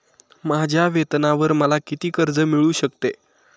माझ्या वेतनावर मला किती कर्ज मिळू शकते?